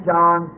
John